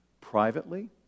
privately